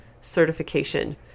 Certification